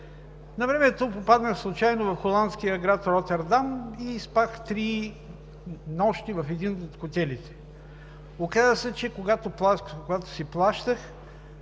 Навремето попаднах случайно в холандския град Ротердам и три нощи спах в един от хотелите. Оказа се, когато си плащах,